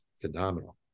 phenomenal